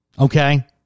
Okay